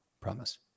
promise